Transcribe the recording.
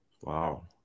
Wow